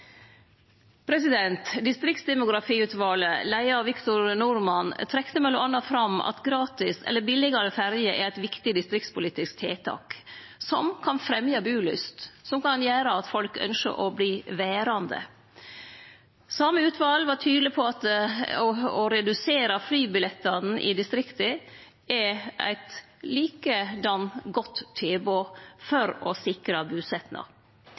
Distriktsdemografiutvalet, leia av Victor Norman, trekte m.a. fram at gratis eller billegare ferje er eit viktig distriktspolitisk tiltak som kan fremje bulyst, og som kan gjere at folk ynskjer å verte verande. Det same utvalet var tydeleg på at å redusere prisane på flybillettar i distrikta òg er eit godt tilbod for å